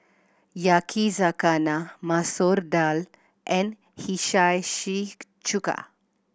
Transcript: Yakizakana Masoor Dal and Hiyashi Chuka